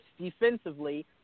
defensively